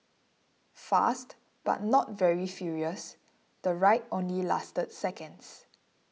fast but not very furious the ride only lasted seconds